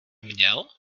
měl